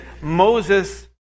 Moses